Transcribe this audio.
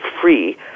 free